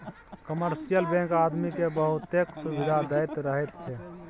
commercial bank आदमी केँ बहुतेक सुविधा दैत रहैत छै